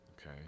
Okay